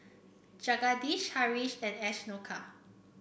Jagadish Haresh and Ashoka